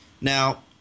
now